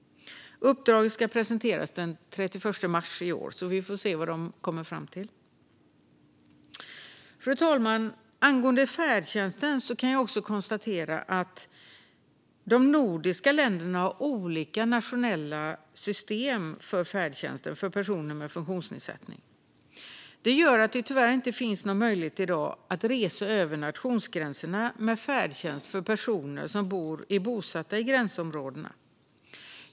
Uppdraget ska presenteras den 31 mars i år, så vi får se vad de kommer fram till. Fru talman! Angående färdtjänst kan jag också konstatera att de nordiska länderna har olika nationella system för färdtjänst för personer med funktionsnedsättning. Detta gör att det i dag tyvärr inte finns någon möjlighet för personer som är bosatta i gränsområdena att resa över nationsgränserna med färdtjänst.